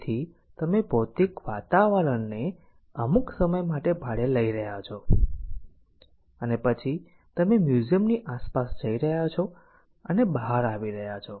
તેથી તમે ભૌતિક વાતાવરણને અમુક સમય માટે ભાડે લઈ રહ્યા છો અને પછી તમે મ્યુઝીયમ ની આસપાસ જઈ રહ્યા છો અને બહાર આવી રહ્યા છો